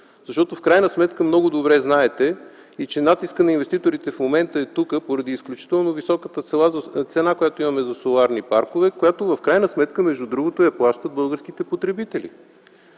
Защото в крайна сметка много добре знаете, че натискът на инвеститорите в момента е тук поради изключително високата цена, която имаме за соларни паркове, която в крайна сметка между другото я плащат българските потребители.